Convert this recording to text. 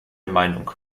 meinung